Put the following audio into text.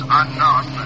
unknown